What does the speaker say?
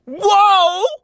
Whoa